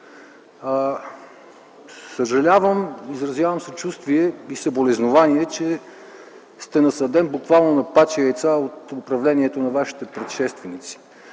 Съжалявам, изразявам съчувствие и съболезнования, че сте насаден - буквално! - на пачи яйца от управлението на вашите предшественици.